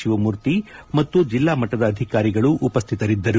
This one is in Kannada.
ಶಿವಮೂರ್ತಿ ಮತ್ತು ಜಿಲ್ಲಾ ಮಟ್ಟದ ಅಧಿಕಾರಿಗಳು ಉಪಸ್ಟಿತರಿದ್ದರು